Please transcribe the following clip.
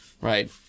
right